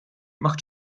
macht